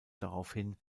daraufhin